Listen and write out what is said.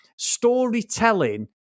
Storytelling